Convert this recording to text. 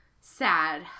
sad